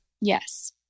Yes